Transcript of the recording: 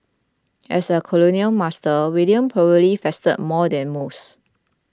as a colonial master William probably feasted more than most